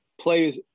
players